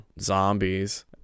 zombies